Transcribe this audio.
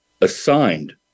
assigned